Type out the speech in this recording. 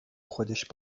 خودش